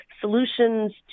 solutions